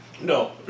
No